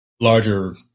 larger